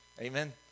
Amen